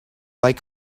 like